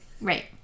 right